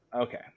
Okay